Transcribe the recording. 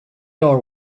are